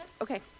Okay